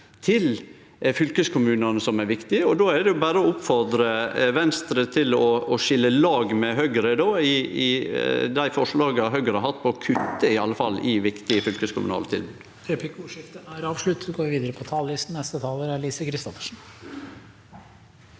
til fylkeskommunane som er viktige, og då er det berre å oppfordre Venstre til å skilje lag med Høgre i dei forslaga Høgre har hatt om å kutte iallfall i viktige fylkeskommunale tilbod.